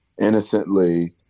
innocently